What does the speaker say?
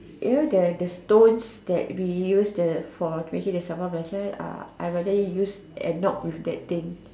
you know the the stones that we use for the making of sambal-belacan uh I rather use and knock with that thing